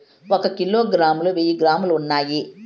ఒక కిలోగ్రామ్ లో వెయ్యి గ్రాములు ఉన్నాయి